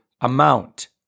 amount